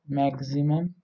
maximum